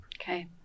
Okay